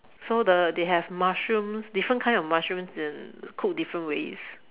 so the they have mushrooms different kind of mushrooms and cooked different ways